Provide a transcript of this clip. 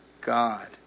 God